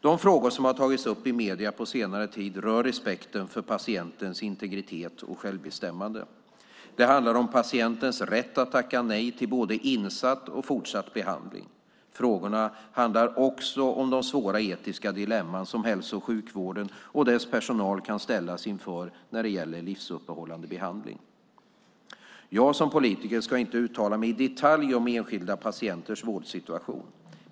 De frågor som har tagits upp i medierna på senare tid rör respekten för patientens integritet och självbestämmande. Det handlar om patientens rätt att tacka nej till både insatt och fortsatt behandling. Frågorna handlar också om de svåra etiska dilemman som hälso och sjukvården och dess personal kan ställas inför när det gäller livsuppehållande behandling. Jag som politiker ska inte uttala mig i detalj om enskilda patienters vårdsituation.